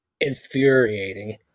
infuriating